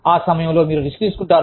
ఆ సమయంలో మీరు రిస్క్ తీసుకుంటారు